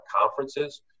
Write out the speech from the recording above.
conferences